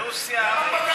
למה פגעת בהם?